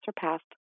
surpassed